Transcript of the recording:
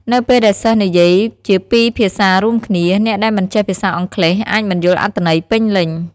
នៅពេលដែលសិស្សនិយាយជាពីរភាសារួមគ្នា អ្នកដែលមិនចេះភាសាអង់គ្លេសអាចមិនយល់អត្ថន័យពេញលេញ។